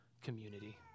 community